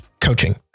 coaching